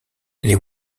les